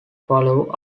follow